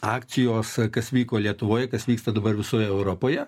akcijos kas vyko lietuvoj kas vyksta dabar visoje europoje